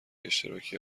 اشتراکی